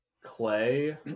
Clay